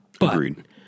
Agreed